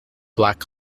black